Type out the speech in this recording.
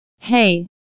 hey